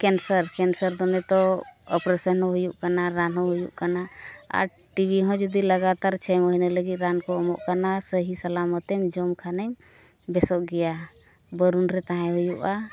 cancer ᱫᱚ ᱱᱤᱛᱚᱜ operation ᱦᱚᱸ ᱦᱩᱭᱩᱜ ᱠᱟᱱᱟ ᱨᱟᱱ ᱦᱚᱸ ᱦᱩᱭᱩᱜ ᱠᱟᱱᱟ ᱟᱨ ᱴᱤᱵᱷᱤ ᱦᱚᱸ ᱡᱩᱫᱤ ᱞᱟᱜᱟᱛᱟᱨ ᱪᱷᱚ ᱢᱟᱹᱦᱱᱟᱹ ᱞᱟᱹᱜᱤᱫ ᱨᱟᱱ ᱠᱚ ᱮᱢᱚᱜ ᱠᱟᱱᱟ ᱥᱟᱹᱦᱤ ᱥᱟᱞᱟᱢᱚᱛ ᱮᱢ ᱡᱚᱢ ᱠᱷᱟᱱᱮᱢ ᱵᱮᱥᱚᱜ ᱜᱮᱭᱟ ᱵᱟᱨᱚᱱ ᱨᱮ ᱛᱟᱦᱮᱸ ᱦᱩᱭᱩᱜᱼᱟ